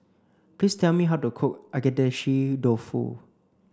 please tell me how to cook Agedashi Dofu